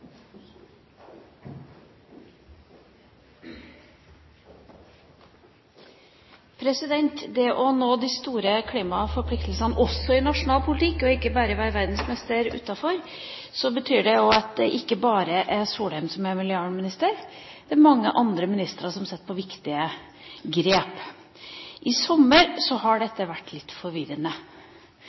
Å nå de store klimaforpliktelsene også i nasjonal politikk – og ikke bare være verdensmester utenfor landet – betyr at det ikke bare er Solheim som er miljøvernminister, men at også mange andre ministre sitter med viktige grep. I sommer har dette vært litt forvirrende